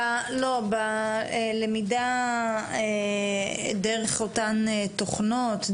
בלמידה דרך אותן תוכנות,